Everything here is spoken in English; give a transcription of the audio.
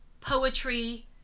poetry